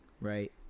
right